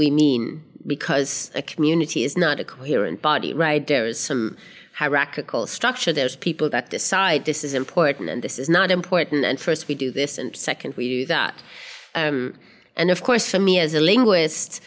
we mean because a community is not a coherent body right there is some hierarchical structure there's people that decide this is important and this is not important and first we do this and second we do that um and of course for me as a linguist